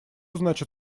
значит